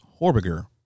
Horbiger